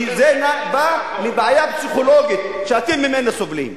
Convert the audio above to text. כי זה בא מבעיה פסיכולוגית שאתם סובלים ממנה.